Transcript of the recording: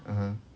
(uh huh)